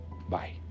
Bye